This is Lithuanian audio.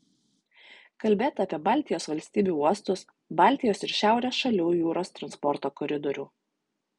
kalbėta apie baltijos valstybių uostus baltijos ir šiaurės šalių jūros transporto koridorių